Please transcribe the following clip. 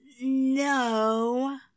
no